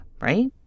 right